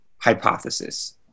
hypothesis